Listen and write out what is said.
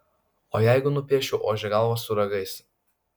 o jeigu nupieščiau ožio galvą su ragais